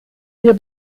mir